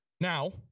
Now